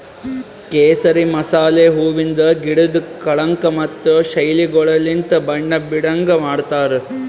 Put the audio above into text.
ಕೇಸರಿ ಮಸಾಲೆ ಹೂವಿಂದ್ ಗಿಡುದ್ ಕಳಂಕ ಮತ್ತ ಶೈಲಿಗೊಳಲಿಂತ್ ಬಣ್ಣ ಬೀಡಂಗ್ ಮಾಡ್ತಾರ್